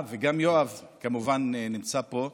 אה, וגם יואב כמובן נמצא פה,